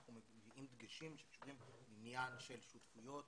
אנחנו מביאים דגשים שקשורים לעניין של שותפויות